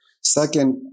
Second